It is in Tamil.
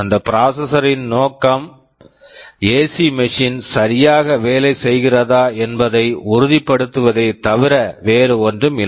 அந்த ப்ராசெஸரின் processor ஒரே நோக்கம் ஏசி மெஷின் ac machine சரியாக வேலை செய்கிறதா என்பதை உறுதிப்படுத்துவதே தவிர வேறு ஒன்றும் இல்லை